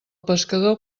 pescador